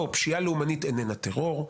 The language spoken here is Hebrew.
לא, פשיעה לאומנית איננה טרור,